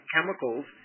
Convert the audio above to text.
chemicals